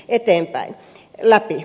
edustaja rajamäelle